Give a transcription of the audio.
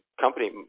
company